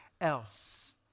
else